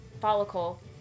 follicle